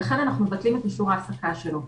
ולכן אנחנו מבטלים את אישור ההעסקה שלו.